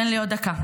תן לי עוד דקה.